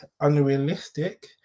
unrealistic